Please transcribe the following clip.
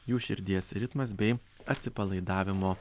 jų širdies ritmas bei atsipalaidavimo